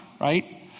right